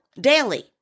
daily